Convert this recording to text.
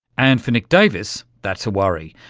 and for nick davis that's a worry,